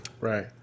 Right